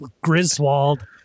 Griswold